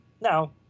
now